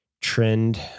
trend